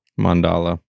mandala